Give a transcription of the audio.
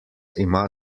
ima